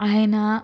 ఆయన